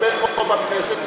החוק שנתקבל פה בכנסת,